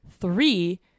Three